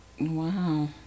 Wow